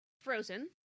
Frozen